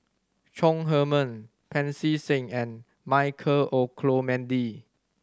Chong Heman Pancy Seng and Michael Olcomendy